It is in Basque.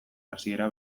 hasiera